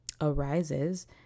arises